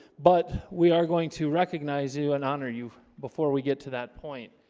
but we are going to recognize you and honor you before we get to that point